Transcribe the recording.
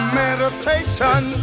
meditation